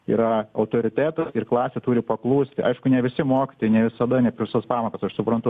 yra autoritetas ir klasė turi paklusti aišku ne visi mokytojai ne visada ne per visas pamokas aš suprantu